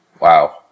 Wow